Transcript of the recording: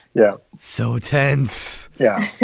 yeah. so tense. yeah